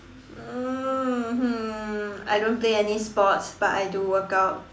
um mmhmm I don't play any sports but I do work out